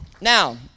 Now